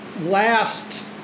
last